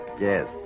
Yes